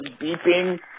beeping